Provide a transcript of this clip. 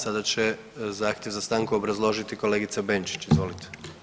Sada će zahtjev za stanku obrazložiti kolegica Benčić, izvolite.